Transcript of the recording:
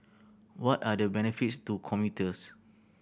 what are the benefits to commuters